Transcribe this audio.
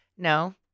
No